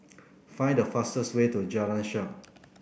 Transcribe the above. find the fastest way to Jalan Shaer